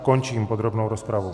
Končím podrobnou rozpravu.